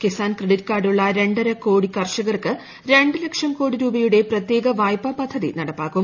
Kisan credit കാർഡുള്ള രണ്ടര കോടി ക്ർഷകർക്ക് രണ്ട് ലക്ഷം കോടി രൂപയുടെ പ്രത്യേക വായ്പാ പദ്ധതി ന്ടപ്പാക്കും